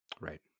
Right